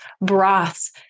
broths